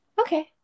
Okay